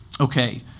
Okay